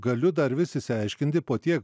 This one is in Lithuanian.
galiu dar vis išsiaiškinti po tiek